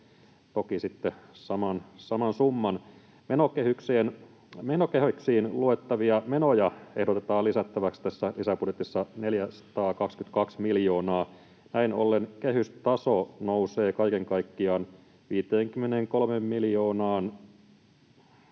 saman summan. Menokehyksiin luettavia menoja ehdotetaan lisättäväksi tässä lisäbudjetissa 422 miljoonaa. Näin ollen kehysmenojen taso nousee siten, että tämä 422 miljoonaa